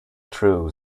true